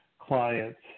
clients